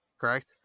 Correct